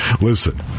Listen